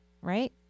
Right